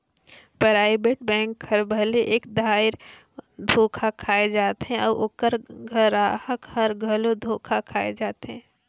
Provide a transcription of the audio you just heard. private bank हर भले एक धाएर धोखा खाए जाथे अउ ओकर गराहक हर घलो धोखा खाए जाथे